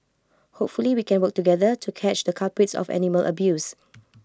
hopefully we can work together to catch the culprits of animal abuse